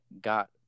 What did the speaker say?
got